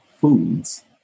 foods